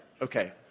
okay